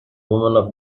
woman